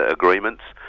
ah agreements,